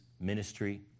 ministry